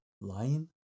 lying